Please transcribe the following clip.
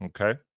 Okay